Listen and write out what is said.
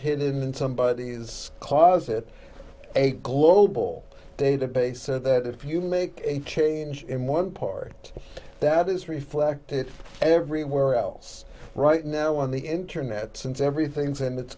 hidden in and somebody has claws it a global database so that if you make a change in one part that is reflected everywhere else right now on the internet since everything's and its